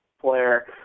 player